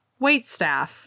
waitstaff